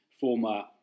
former